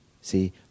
See